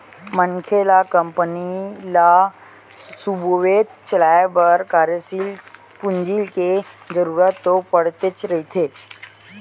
मनखे ल कंपनी ल सुबेवत चलाय बर कार्यसील पूंजी के जरुरत तो पड़तेच रहिथे